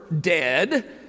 dead